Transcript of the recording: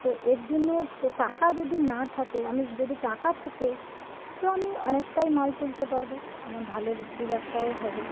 তো এর জন্য তো টাকা যদি না থাকে আমি যদি টাকা থাকে তো আমি অনেকটাই মাল তুলতে পারব আমার ভালো বিক্রিবাটাও হবে